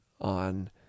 on